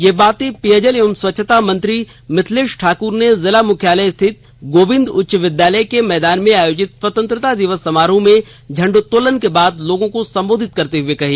ये बातें पेयजल एवं स्वच्छता मंत्री मिथिलेश ठाकुर ने जिला मुख्यालय स्थित गोविंद उच्च विद्यालय के मैदान में आयोजित स्वतंत्रता दिवस समारोह में झंडोत्तोलन के बाद लोगों को संबोधित करते हुए कही